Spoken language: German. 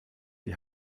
die